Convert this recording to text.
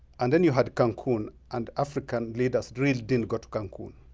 and then you had cancun. and african leaders really didn't go to cancun,